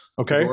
Okay